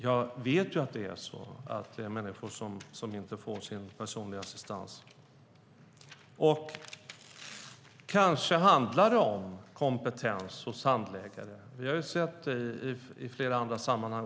Jag vet att det är människor som inte får sin personliga assistans. Kanske handlar det om kompetens hos handläggare. Vi har sett det även i flera andra sammanhang.